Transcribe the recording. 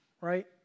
right